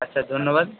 আচ্ছা ধন্যবাদ